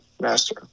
master